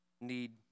need